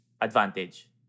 advantage